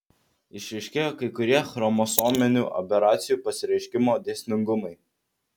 išryškėjo kai kurie chromosominių aberacijų pasireiškimo dėsningumai